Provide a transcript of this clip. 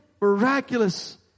miraculous